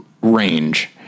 range